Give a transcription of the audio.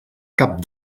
cap